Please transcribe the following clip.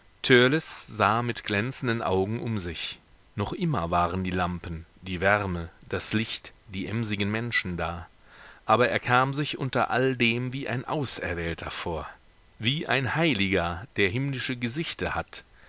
sah mit glänzenden augen um sich noch immer waren die lampen die wärme das licht die emsigen menschen da aber er kam sich unter all dem wie ein auserwählter vor wie ein heiliger der himmlische gesichte hat